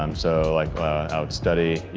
um so like out study, you